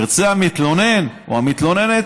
ירצה המתלונן או המתלוננת,